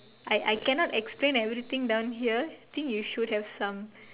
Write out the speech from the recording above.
I I cannot explain everything down here I think you should have some